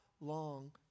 long